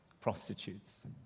prostitutes